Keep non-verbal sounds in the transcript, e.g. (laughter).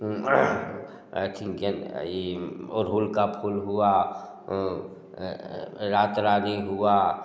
(unintelligible) ई अड़हुल का फूल हुआ रात रानी हुआ